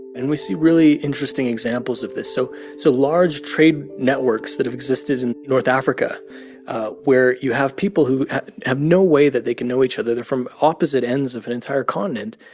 and we see really interesting examples of this so so large trade networks that have existed in north africa where you have people who have no way that they can know each other. they're from opposite ends of an entire continent.